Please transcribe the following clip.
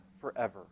forever